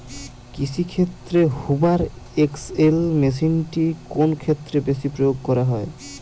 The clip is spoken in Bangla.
কৃষিক্ষেত্রে হুভার এক্স.এল মেশিনটি কোন ক্ষেত্রে বেশি প্রয়োগ করা হয়?